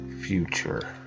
future